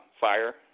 fire